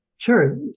Sure